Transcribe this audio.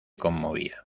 conmovía